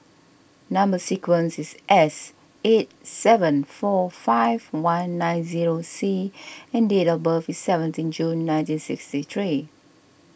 Number Sequence is S eight seven four five one nine zero C and date of birth is seventeen June nineteen sixty three